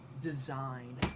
design